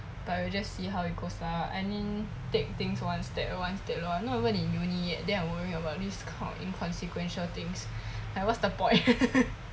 but I just see how it goes lah I mean take things one step one step lor I not even in uni yet then I worry about this kind of inconsequential things like what's the point